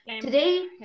today